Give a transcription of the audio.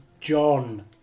John